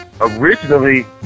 Originally